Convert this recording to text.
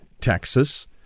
Texas